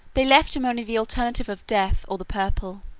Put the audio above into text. they left him only the alternative of death or the purple.